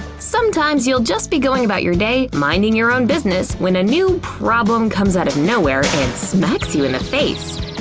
sometimes, you'll just be going about your day, minding your own business when a new problem comes out of nowhere and smacks you in the face.